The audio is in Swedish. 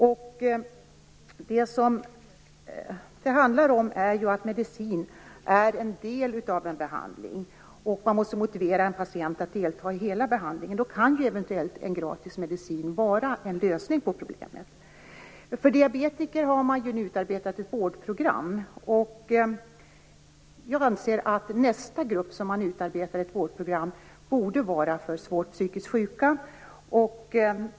Vad det handlar om är ju att medicin är en del av en behandling. Man måste motivera en patient att delta i hela behandlingen. Då kan eventuellt en gratis medicin vara en lösning på problemet. För diabetiker har man nu utarbetat ett vårdprogram. Jag anser att nästa grupp man utarbetar ett vårdprogram för borde vara de svårt psykiskt sjuka.